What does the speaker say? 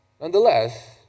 Nonetheless